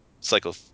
cycle